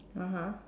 (uh huh)